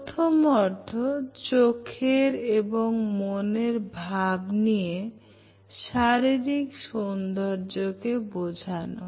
প্রথম অর্থ চোখের এবং মনের ভাব নিয়ে শারীরিক সৌন্দর্যকে বোঝানো